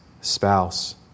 spouse